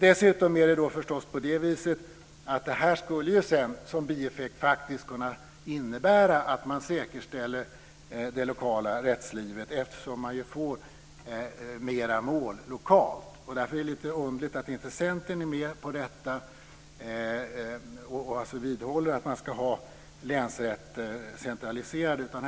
Dessutom skulle det här som bieffekt förstås kunna innebära att man säkerställer det lokala rättslivet, eftersom man ju får fler mål lokalt. Därför är det lite underligt att inte Centern är med på detta och vidhåller att man ska ha centraliserade länsrätter.